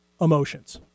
emotions